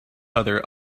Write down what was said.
other